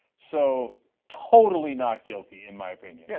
so totally not guilty in my opinion. yeah